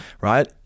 right